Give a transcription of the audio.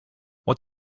what